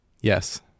Yes